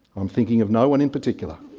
i'm thinking of no-one in particular.